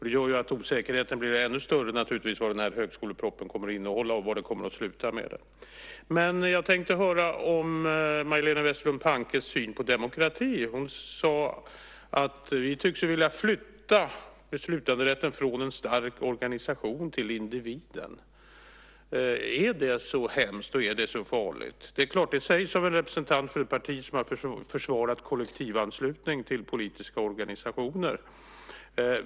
Det gör ju att osäkerheten blir ännu större om vad högskolepropositionen kommer att innehålla och vad den kommer att sluta med. Jag skulle vilja höra om Majléne Westerlund Pankes syn på demokrati. Hon sade att vi tycks vilja flytta beslutanderätten från en stark organisation till individen. Är det så hemskt, och är det så farligt? Det sägs av en representant för ett parti som har försvarat kollektivanslutning till politiska organisationer.